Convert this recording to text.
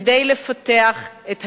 כדי לפתח את הידע,